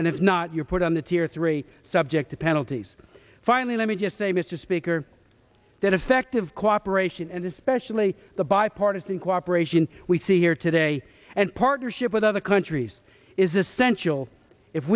and if not you're put on the tier three subject to penalties finally let me just say mr speaker that effective cooperation and especially the bipartisan cooperation we see here today and partnership with other countries is essential if